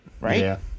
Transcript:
right